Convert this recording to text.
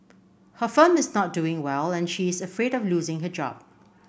her firm is not doing well and she is afraid of losing her job